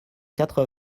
quatre